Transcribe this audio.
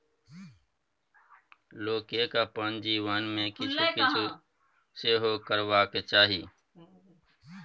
लोककेँ अपन जीवन मे किछु किछु निवेश सेहो करबाक चाही